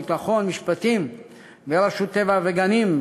ביטחון ומשפטים ורשות הטבע והגנים,